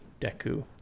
Deku